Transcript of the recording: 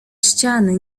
ściany